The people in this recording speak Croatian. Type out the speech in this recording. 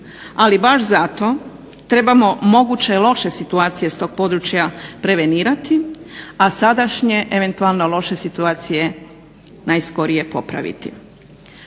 ali baš zato trebamo moguće loše siutacije s tog područja prevenirati a sadašnje eventualno loše situacije najskorije popraviti.